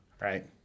right